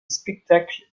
spectacle